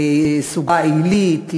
לסוגה עילית,